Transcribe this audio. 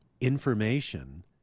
information